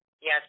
Yes